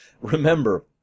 remember